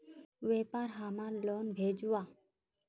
व्यापार हमार लोन भेजुआ?